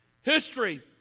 History